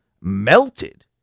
melted